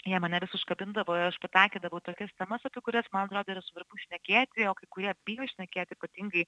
jie mane vis užkabindavo ir aš pataikydavau į tokias temas apie kurias man atrodo yra svarbu šnekėti jog kai kurie bijo šnekėti ypatingai